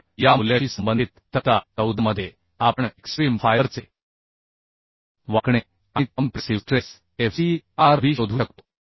तर या मूल्याशी संबंधित तक्ता 14 मध्ये आपण एक्स्ट्रीम फायबर चे वाकणे आणि compressive stress f c r b शोधू शकतो